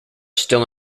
still